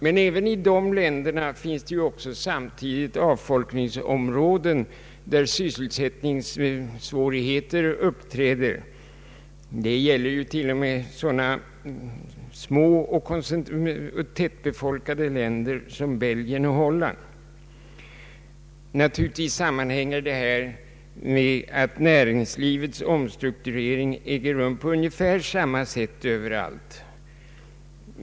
Men också i dessa länder finns det samtidigt avfolkningsområden där sysselsättningssvårigheter uppträder. Det gäller ju t.o.m. sådana små och tättbefolkade länder som Belgien och Holland. Detta sammanhänger naturligtvis med att näringslivets omstrukturering äger rum på ungefär samma sätt överallt.